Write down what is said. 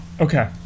Okay